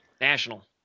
national